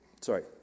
Sorry